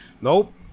nope